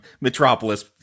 Metropolis